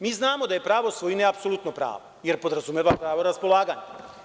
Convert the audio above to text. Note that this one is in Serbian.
Mi znamo da je pravo svojine apsolutno pravo jer podrazumeva pravo raspolaganja.